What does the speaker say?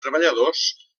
treballadors